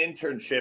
internship